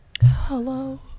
Hello